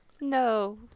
No